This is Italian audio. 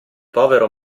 povero